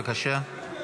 בבקשה.